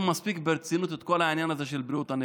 מספיק ברצינות את כל העניין הזה של בריאות הנפש.